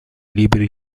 libri